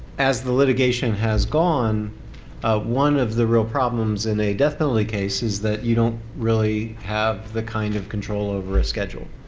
as the litigation has gone one of the real problems in a death penalty case is that you don't really have the kind of control over a schedule.